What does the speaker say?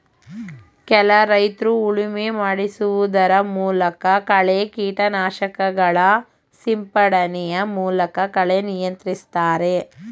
ಕೆಲ ರೈತ್ರು ಉಳುಮೆ ಮಾಡಿಸುವುದರ ಮೂಲಕ, ಕಳೆ ಕೀಟನಾಶಕಗಳ ಸಿಂಪಡಣೆಯ ಮೂಲಕ ಕಳೆ ನಿಯಂತ್ರಿಸ್ತರೆ